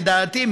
לדעתי,